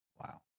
Wow